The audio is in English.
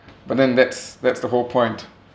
but then that's that's the whole point